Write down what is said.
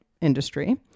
industry